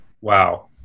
Wow